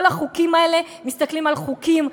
כל החוקים האלה מסתכלים על חוקים,